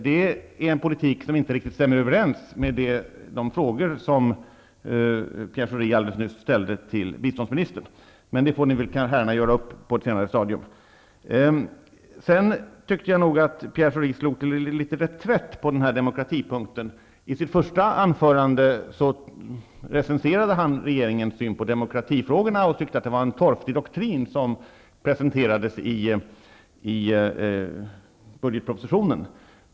Det här en politik som inte riktigt stämmer överens med de frågor som Pierre Schori ställde alldeles nyss till biståndsminstern. Men det kan herrarna göra upp om på ett senare stadium. Jag tycker nog att Pierre Schori slog litet till reträtt när det gällde demokratin. I sitt första anförande recenserade han regeringens syn på demokratifrågorna och tyckte att det var en torftig doktrin som presenterades i budgetpropositionen.